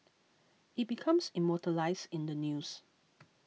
it becomes immortalised in the news